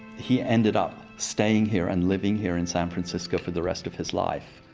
he ended up staying here and living here in san francisco for the rest of his life.